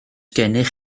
gennych